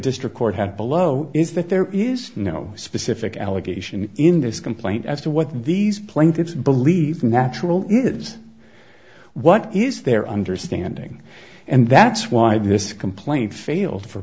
district court had below is that there is no specific allegation in this complaint as to what these plaintiffs believe natural is what is their understanding and that's why this complaint failed for